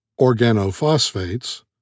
organophosphates